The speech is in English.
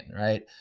right